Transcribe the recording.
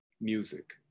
music